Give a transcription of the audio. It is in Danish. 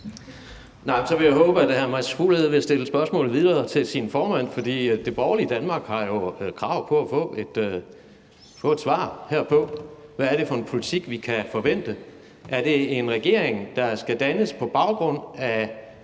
Så vil jeg håbe, at hr. Mads Fuglede vil stille spørgsmålet videre til sin formand, fordi det borgerlige Danmark jo har krav på at få et svar herpå. Hvad er det for en politik, vi kan forvente? Er det en regering, der skal dannes på baggrund af